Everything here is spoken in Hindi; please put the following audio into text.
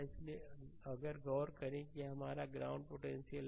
इसलिए अगर गौर करें कि यह हमारा ग्राउंड पोटेंशियल है